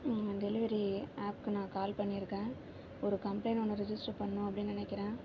delivery ஆப்க்கு நான் call பண்ணிருக்கேன் ஒரு கம்ப்ளைன் ஒன்று ரெஜிஸ்டர் பண்ணனும் அப்படின்னு நினைக்கிறேன்